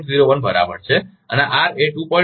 01 બરાબર છે અને R એ 2